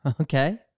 Okay